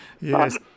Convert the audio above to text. Yes